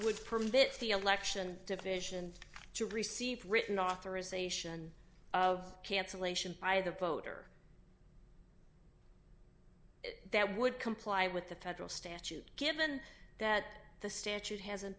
would permit the election division to receive written authorization of cancellation by the voter that would comply with the federal statute given that the statute hasn't